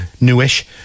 newish